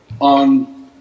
on